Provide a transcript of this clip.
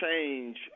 change